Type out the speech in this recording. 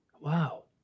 Wow